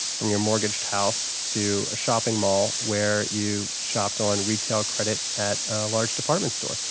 from your mortgaged house, to a shopping mall where you shopped on retail credit at a large department store.